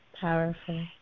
Powerful